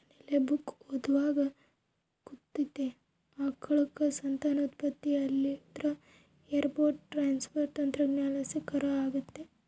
ಮನ್ನೆ ಬುಕ್ಕ ಓದ್ವಾಗ ಗೊತ್ತಾತಿ, ಆಕಳುಕ್ಕ ಸಂತಾನೋತ್ಪತ್ತಿ ಆಲಿಲ್ಲುದ್ರ ಎಂಬ್ರೋ ಟ್ರಾನ್ಸ್ಪರ್ ತಂತ್ರಜ್ಞಾನಲಾಸಿ ಕರು ಆಗತ್ತೆ